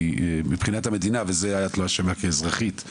מבחינת המדינה את כאזרחית לא אשמה.